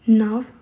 now